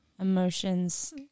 emotions